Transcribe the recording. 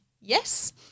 yes